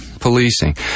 policing